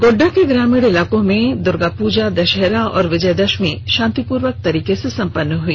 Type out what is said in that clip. गोड्डा के ग्रामीण इलाके में दुर्गा पूजा दशहरा और विजयादशमी शांतिपूर्ण तरीके से संपन्न हुई